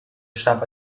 starb